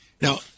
Now